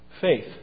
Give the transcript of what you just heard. faith